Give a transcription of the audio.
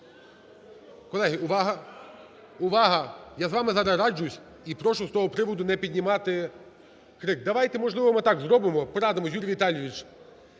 увага, увага! Я з вами зараз раджусь і прошу з того приводу не піднімати крик. Давайте можливо ми так зробимо, порадимось з Юрієм Віталійовичем,